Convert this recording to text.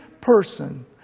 person